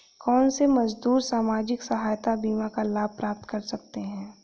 कौनसे मजदूर सामाजिक सहायता बीमा का लाभ प्राप्त कर सकते हैं?